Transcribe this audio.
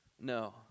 No